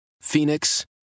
Phoenix